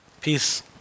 peace